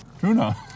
Tuna